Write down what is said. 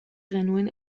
genuen